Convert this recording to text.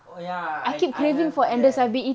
oh ya I I have leh